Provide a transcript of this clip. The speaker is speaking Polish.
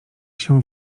się